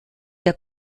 der